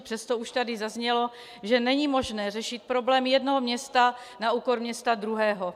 Přesto už tady zaznělo, že není možné řešit problém jednoho města na úkor města druhého.